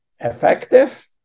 effective